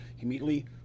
immediately